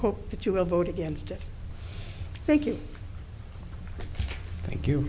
hope that you will vote against it thank you thank you